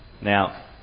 Now